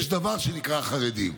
יש דבר שנקרא "החרדים",